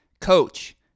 Coach